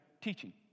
teaching